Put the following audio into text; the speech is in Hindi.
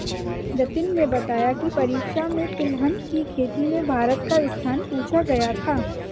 जतिन ने बताया की परीक्षा में तिलहन की खेती में भारत का स्थान पूछा गया था